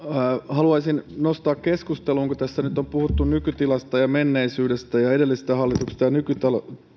haluaisin nostaa keskusteluun kun tässä nyt on puhuttu nykytilasta ja menneisyydestä ja edellisestä hallituksesta ja